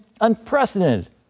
unprecedented